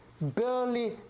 barely